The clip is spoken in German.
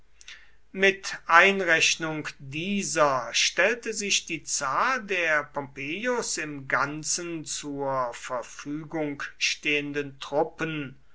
mit einrechnung dieser stellte sich die zahl der pompeius im ganzen zur verfügung stehenden truppen